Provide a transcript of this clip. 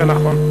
זה נכון.